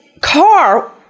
car